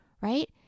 right